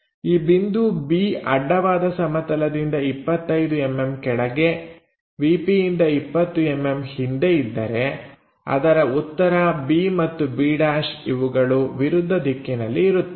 ಈ ಬಿಂದು B ಅಡ್ಡವಾದ ಸಮತಲದಿಂದ 25mm ಕೆಳಗೆ ವಿಪಿಯಿಂದ 20mm ಹಿಂದೆ ಇದ್ದರೆ ಅದರ ಉತ್ತರ b ಮತ್ತು b' ಇವುಗಳು ವಿರುದ್ಧ ದಿಕ್ಕಿನಲ್ಲಿ ಇರುತ್ತವೆ